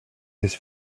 his